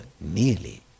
nearly